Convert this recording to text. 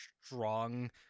strong